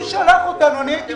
אני הייתי בישיבה.